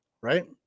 Right